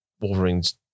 Wolverine's